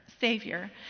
Savior